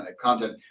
content